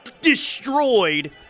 destroyed